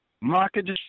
Market